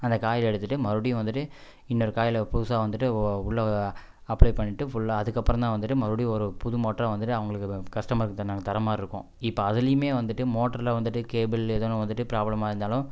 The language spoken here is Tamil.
அந்தக் காயிலை எடுத்துட்டு மறுபடியும் வந்துட்டு இன்னொரு காயில் புதுசா வந்துட்டு உள்ள அப்ளை பண்ணிவிட்டு ஃபுல்லா அதுக்கப்புறந்தான் வந்துட்டு மறுபடியும் ஒரு புது மோட்ரை வந்துட்டு அவங்களுக்கு கஸ்டமருக்கு நாங்கள் தர மாதிரி இருக்கும் இப்போ அதுலேயுமே வந்துட்டு மோட்ரில் வந்துட்டு கேபிள் எதோ ஒன்று வந்துட்டு ப்ராப்ளமாக இருந்தாலும்